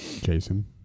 Jason